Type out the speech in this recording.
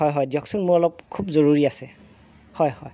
হয় হয় দিয়কচোন মোৰ অলপ খুব জৰুৰী আছে হয় হয়